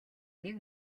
нэг